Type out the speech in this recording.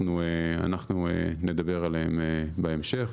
אנחנו נדבר עליהם בהמשך.